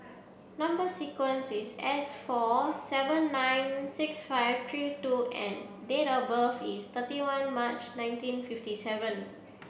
number sequence is S four seven nine six five three two N date of birth is thirty one March nineteen fifty seven